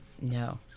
No